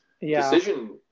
decision